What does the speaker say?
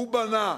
הוא בנה